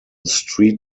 street